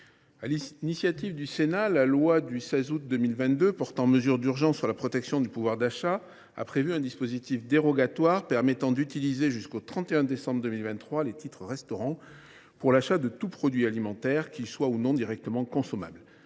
l’initiative du Sénat, la loi de 16 août 2022 portant mesures d’urgence pour la protection du pouvoir d’achat a prévu un dispositif dérogatoire permettant d’utiliser jusqu’au 31 décembre 2023 les titres restaurant pour l’achat de tout produit alimentaire, qu’il soit ou non directement consommable.